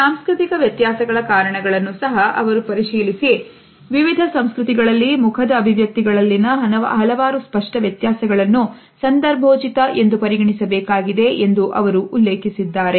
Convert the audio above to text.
ಸಾಂಸ್ಕೃತಿಕ ವ್ಯತ್ಯಾಸಗಳ ಕಾರಣಗಳನ್ನು ಸಹ ಅವರು ಪರಿಶೀಲಿಸಿ ವಿವಿಧ ಸಂಸ್ಕೃತಿಗಳಲ್ಲಿ ಮುಖದ ಅಭಿವ್ಯಕ್ತಿಗಳಲ್ಲಿನ ಹಲವಾರು ಸ್ಪಷ್ಟ ವ್ಯತ್ಯಾಸಗಳನ್ನು ಸಂದರ್ಭೋಚಿತ ಎಂದು ಪರಿಗಣಿಸಬೇಕಾಗಿದೆ ಎಂದು ಅವರು ಉಲ್ಲೇಖಿಸಿದ್ದಾರೆ